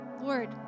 Lord